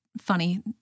funny